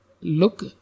look